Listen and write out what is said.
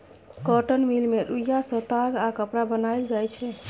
cotton mill मे रुइया सँ ताग आ कपड़ा बनाएल जाइ छै